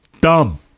dumb